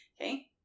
okay